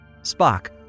Spock